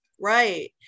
right